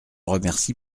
remercie